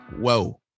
Whoa